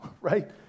right